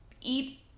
eat